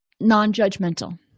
non-judgmental